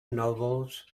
novels